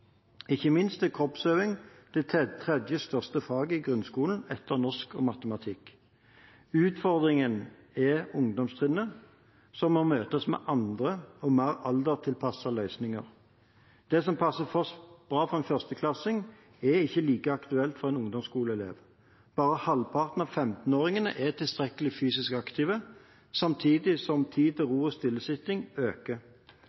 Ikke minst er kroppsøving det tredje største faget i grunnskolen, etter norsk og matematikk. Utfordringen er ungdomstrinnet, som må møtes med andre og mer alderstilpassede løsninger. Det som passer bra for en førsteklassing, er ikke like aktuelt for en ungdomsskoleelev. Bare halvparten av 15-åringene er tilstrekkelig fysisk aktive, samtidig som tid til